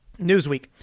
Newsweek